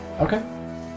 Okay